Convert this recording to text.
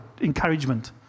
encouragement